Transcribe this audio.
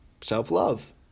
self-love